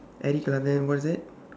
any then what is that